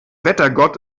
wettergott